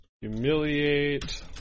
humiliate